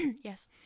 Yes